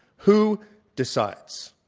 who decides.